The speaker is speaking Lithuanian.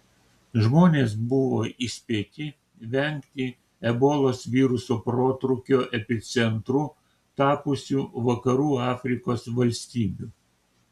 žmonės buvo įspėti vengti ebolos viruso protrūkio epicentru tapusių vakarų afrikos valstybių